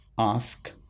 ask